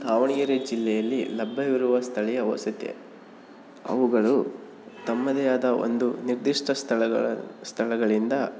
ದಾವಣಗೆರೆ ಜಿಲ್ಲೆಯಲ್ಲಿ ಲಭ್ಯವಿರುವ ಸ್ಥಳೀಯ ವಸತಿ ಅವುಗಳು ತಮ್ಮದೇ ಆದ ಒಂದು ನಿರ್ದಿಷ್ಟ ಸ್ಥಳಗಳ ಸ್ಥಳಗಳಿಂದ